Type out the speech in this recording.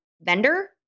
vendor